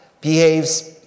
behaves